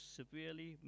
severely